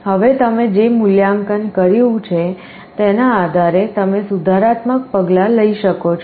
હવે તમે જે મૂલ્યાંકન કર્યું છે તેના આધારે તમે સુધારાત્મક પગલાં લઈ શકો છો